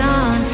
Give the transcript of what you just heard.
on